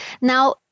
Now